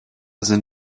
sind